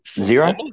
Zero